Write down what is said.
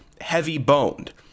heavy-boned